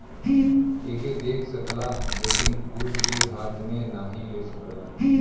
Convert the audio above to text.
एके देख सकला लेकिन खूद के हाथ मे नाही ले सकला